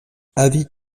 avis